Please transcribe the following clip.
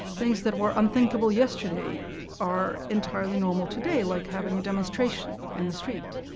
things that were unthinkable yesterday are entirely normal today, like having a demonstration in the street,